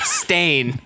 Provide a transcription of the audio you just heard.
stain